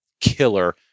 killer